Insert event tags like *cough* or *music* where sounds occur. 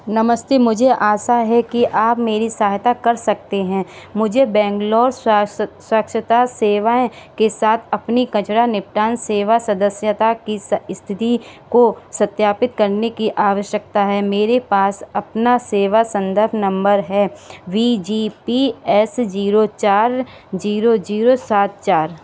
नमस्ते मुझे आशा है कि आप मेरी सहायता कर सकते हैं मुझे बैंगलोर *unintelligible* स्वच्छता सेवाएँ के साथ अपनी कचरा निपटान सेवा सदस्यता की स्थिति को सत्यापित करने की आवश्यकता है मेरे पास अपना सेवा संदर्भ नंबर है B G P S zero four zero zero सात चार